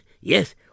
Yes